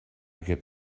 get